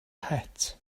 het